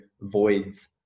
voids